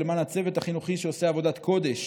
ולמען הצוות החינוכי שעושה עבודת קודש